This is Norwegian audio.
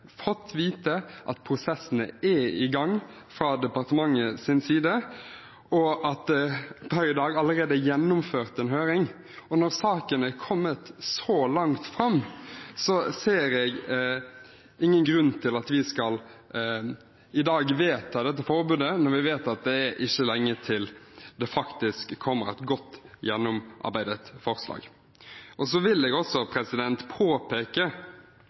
fått vite at prosessene er i gang fra departementets side, og at det per i dag allerede er gjennomført en høring. Og når saken er kommet så langt, ser jeg ingen grunn til at vi i dag skal vedta dette forbudet – når vi vet at det ikke er lenge til det faktisk kommer et godt, gjennomarbeidet forslag. Jeg vil også påpeke